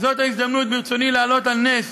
זאת ההזדמנות, ברצוני להעלות על נס